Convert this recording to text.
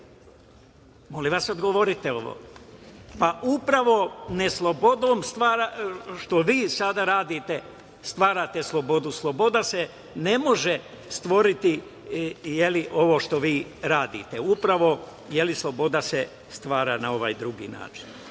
Molim vas odgovorite ovo. Upravo neslobodom, što vi sada radite stvarate slobodu. Sloboda se ne može stvoriti, je li, ovim što vi radite. Upravo, je li, sloboda se stvara na ovaj drugi način. Sada,